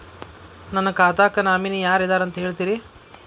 ನನ್ನ ಖಾತಾಕ್ಕ ನಾಮಿನಿ ಯಾರ ಇದಾರಂತ ಹೇಳತಿರಿ?